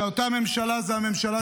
כשאותה ממשלה זו הממשלה